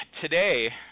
today